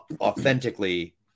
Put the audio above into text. authentically